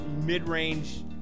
mid-range